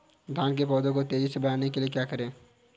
धान के पौधे को तेजी से बढ़ाने के लिए क्या करें?